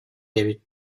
эбит